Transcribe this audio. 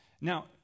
Now